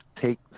Take